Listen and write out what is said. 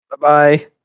Bye-bye